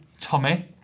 Tommy